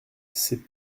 c’est